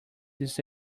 this